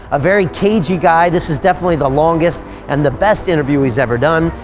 a very cagey guy. this is definitely the longest and the best interview he's ever done.